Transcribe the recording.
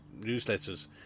newsletters